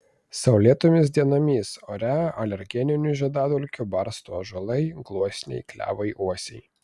saulėtomis dienomis ore alergeninių žiedadulkių barsto ąžuolai gluosniai klevai uosiai